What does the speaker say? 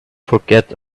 forget